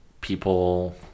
people